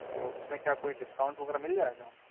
اس میں کیا کوئی ڈسکاؤنٹ وغیرہ مل جائے گا ہم کو